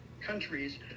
countries